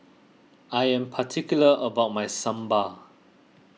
I am particular about my Sambar